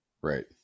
right